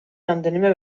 რამდენიმე